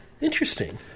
Interesting